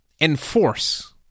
Enforce